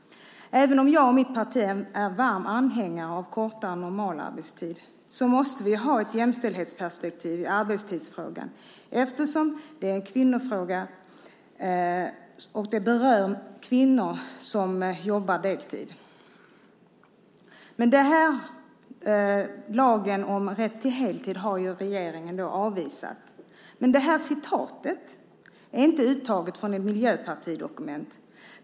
Även om jag och mitt parti är varma anhängare av kortare normalarbetstid måste vi ha ett jämställdhetsperspektiv i arbetstidsfrågan eftersom det är en kvinnofråga, som berör kvinnor som jobbar deltid. Regeringen har avvisat lagen om rätt till heltid. Men citatet är inte taget från ett miljöpartidokument.